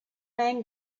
man